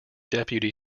deputy